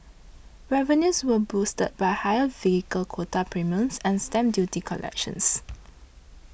revenues were boosted by higher vehicle quota premiums and stamp duty collections